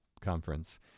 conference